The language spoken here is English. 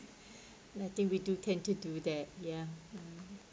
I think we do tend to do that ya mm